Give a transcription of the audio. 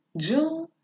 June